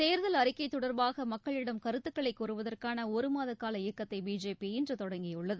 தேர்தல் அறிக்கை தொடர்பாக மக்களிடம் கருத்துக்களை கோருவதற்கான ஒரு மாத கால இயக்கத்தை பிஜேபி இன்று தொடங்கியுள்ளது